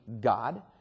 God